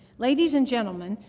ladies and gentlemen,